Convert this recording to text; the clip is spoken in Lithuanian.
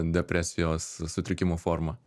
depresijos sutrikimo forma